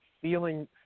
feeling